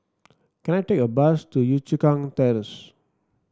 can I take a bus to Yio Chu Kang Terrace